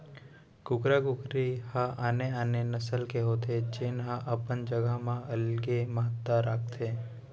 कुकरा कुकरी ह आने आने नसल के होथे जेन ह अपन जघा म अलगे महत्ता राखथे